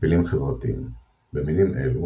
טפילים חברתיים – במינים אלו,